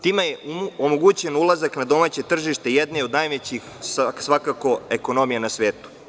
Time je omogućen ulazak na domaće tržište jednoj od najvećih ekonomija na svetu.